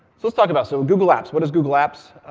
so let's talk about so google apps. what is google apps?